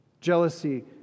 Jealousy